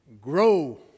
grow